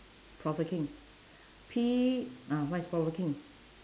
provoking P ah what is provoking